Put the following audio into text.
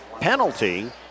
penalty